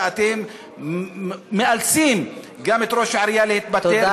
ואתם מאלצים גם את ראש העירייה להתפטר,